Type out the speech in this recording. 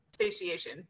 satiation